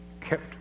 kept